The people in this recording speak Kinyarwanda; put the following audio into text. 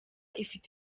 ifite